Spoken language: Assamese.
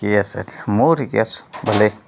ঠিকেই আছে মইও ঠিকেই আছো ভালেই